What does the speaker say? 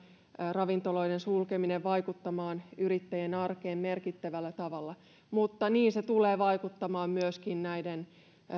ravintoloiden sulkeminen tulee vaikuttamaan yrittäjien arkeen merkittävällä tavalla mutta niin se tulee vaikuttamaan myöskin näiden